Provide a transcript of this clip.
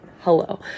Hello